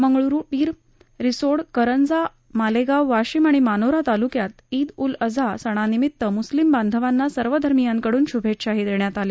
मंगरुळपीर रिसोड कारंजा मालेगाव वाशिम आणि मानोरा तालुक्यात ईद उल अजहा सणानिमित मुस्लिम बांधवांना सर्वधर्मियांकडुन शभेच्छाही देण्यात आल्या